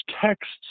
texts